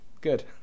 good